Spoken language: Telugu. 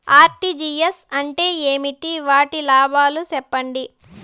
ఆర్.టి.జి.ఎస్ అంటే ఏమి? వాటి లాభాలు సెప్పండి?